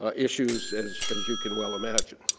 ah issues, as as you can well imagine.